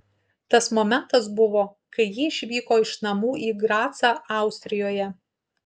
tas momentas buvo kai ji išvyko iš namų į gracą austrijoje